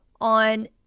on